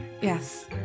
Yes